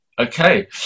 Okay